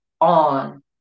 on